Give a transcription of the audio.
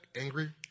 angry